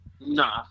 Nah